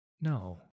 No